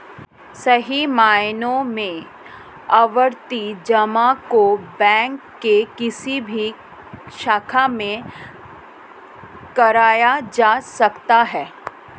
सही मायनों में आवर्ती जमा को बैंक के किसी भी शाखा से कराया जा सकता है